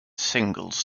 singles